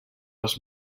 els